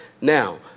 Now